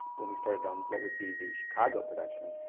when we started on what would be the chicago production,